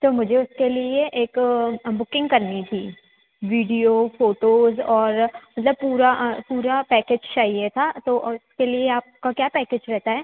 तो मुझे उसके लिए एक बुकिंग करनी थी वीडियो फ़ोटोज़ और मतलब पूरा पूरा पैकेज चाहिए था तो और उसके लिए आपका क्या पैकेज रहता है